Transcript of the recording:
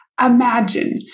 Imagine